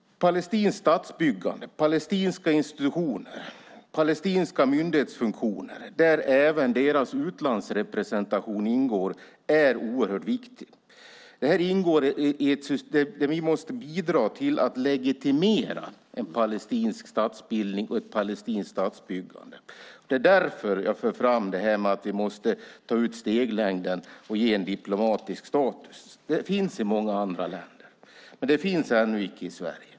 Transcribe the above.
Palestinskt statsbyggande, palestinska institutioner och palestinska myndighetsfunktioner, där även deras utlandsrepresentation ingår, är oerhört viktigt. Vi måste bidra till att legitimera en palestinsk statsbildning och ett palestinskt statsbyggande. Det är därför jag för fram att vi måste ta ut steglängden och ge en diplomatisk status. Det finns i många andra länder, men det finns ännu inte i Sverige.